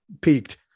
peaked